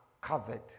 covered